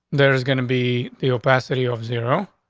there is gonna be the opacity off zero,